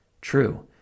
True